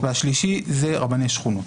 והשלישי זה רבני שכונות.